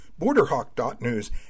BorderHawk.News